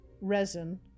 resin